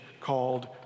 called